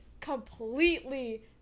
completely